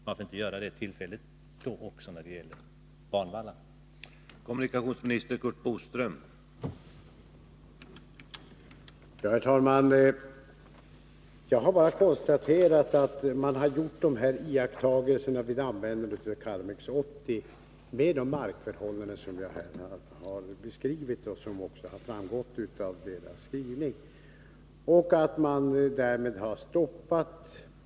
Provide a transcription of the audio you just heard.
Varför inte också göra det tillfälligt när det gäller banvallarna?